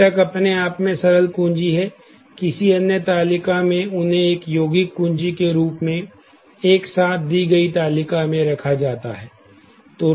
घटक अपने आप में सरल कुंजी हैं किसी अन्य तालिका में उन्हें एक यौगिक कुंजी के रूप में एक साथ दी गई तालिका में रखा जाता है